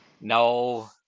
No